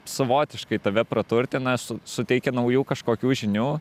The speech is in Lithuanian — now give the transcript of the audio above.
savotiškai tave praturtina su suteikia naujų kažkokių žinių